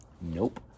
Nope